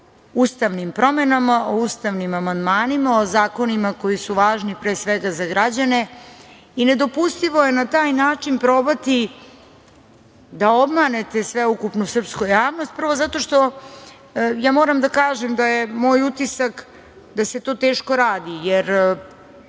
o ustavnim promenama, o ustavnim amandmanima, o zakonima koji su važni, pre svega, za građane i nedopustivo je na taj način probati da obmanete sveukupnu srpsku javnost, prvo, zato što moram da kažem da je moj utisak da se to teško radi, jer